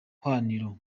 hwaniro